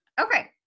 Okay